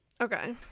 Okay